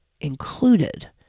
included